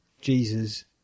jesus